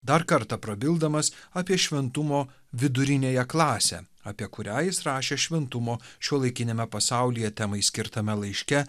dar kartą prabildamas apie šventumo viduriniąją klasę apie kurią jis rašė šventumo šiuolaikiniame pasaulyje temai skirtame laiške